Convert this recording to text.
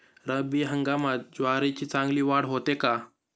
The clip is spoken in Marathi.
रब्बी हंगामात ज्वारीची चांगली वाढ होते का?